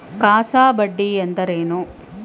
CASA ಬಡ್ಡಿ ಎಂದರೇನು?